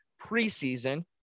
preseason